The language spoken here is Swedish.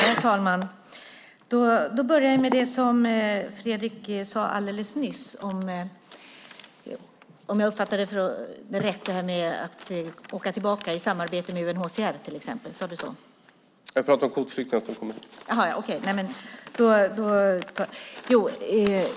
Herr talman! Jag börjar med det som Fredrick sade alldeles nyss, om jag uppfattade det rätt, om att åka tillbaka i samarbete med till exempel UNHCR. Sade du så? : Jag talade om kvotflyktingar som kommer hit.) Okej.